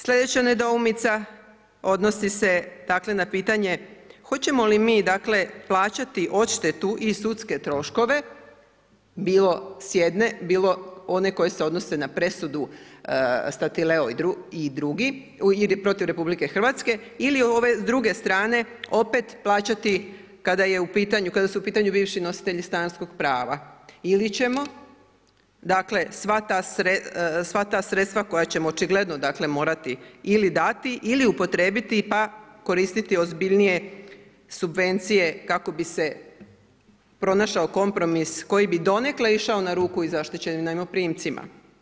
Sledeća nedoumica odnosi se, dakle na pitanje hoćemo li mi, dakle plaćati odštetu i sudske troškove bilo s jedne, bilo one koje se odnose na presudu Statileo i drugi i protiv Republike Hrvatske ili ove druge strane opet plaćati kada su u pitanju, kada su u pitanju bivši nositelji stanarskog prava ili ćemo dakle sva ta sredstva koja ćemo očigledno dakle morati ili dati ili upotrijebiti pa koristiti ozbiljnije subvencije kako bi se pronašao kompromis koji bi donekle išao na ruku i zaštićenim najmoprimcima.